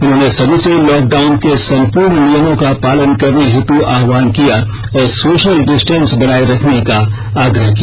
उन्होंने सभी से लॉकडाउन के सम्पूर्ण नियमों का पालन करने हेतु आहवान किया और सोशल डिस्टेंस बनाये रखने का आग्रह किया